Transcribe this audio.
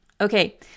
okay